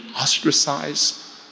ostracized